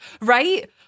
Right